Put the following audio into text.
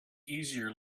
easier